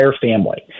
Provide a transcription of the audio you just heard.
family